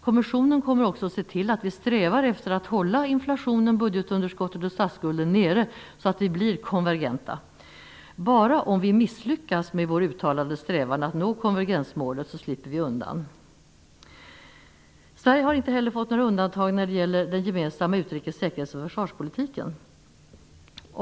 Kommissionen kommer också att se till att vi strävar efter att hålla inflationen, budgetunderskottet och statsskulden nere, så att vi blir konvergenta. Bara om vi misslyckas med vår uttalade strävan att nå konvergensmålet slipper vi undan. Sverige har inte heller fått några undantag när det gäller den gemensamma utrikes-, säkerhets och försvarspolitiken.